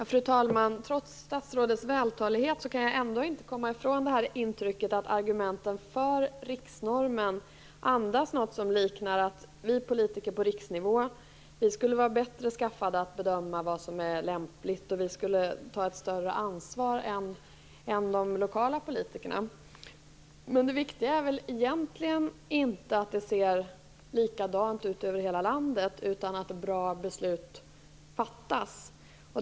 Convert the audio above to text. Fru talman! Trots statsrådets vältalighet kan jag inte komma bort från intrycket att argumenten för riksnormen andas något som kan liknas vid att vi politiker på riksnivå skulle vara bättre skaffade att bedöma vad som är lämpligt och att vi skulle ta ett större ansvar än de lokala politikerna. Men det viktiga är väl egentligen inte att det ser likadant ut över hela landet, utan det viktiga är väl att bra beslut fattas.